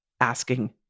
asking